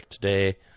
today